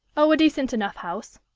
oh, a decent enough house.